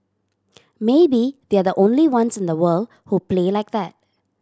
maybe they're the only ones in the world who play like that